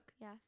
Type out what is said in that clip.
Yes